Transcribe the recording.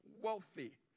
wealthy